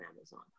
amazon